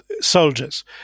soldiers